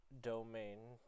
domain